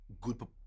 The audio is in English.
good